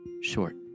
short